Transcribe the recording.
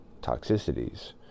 toxicities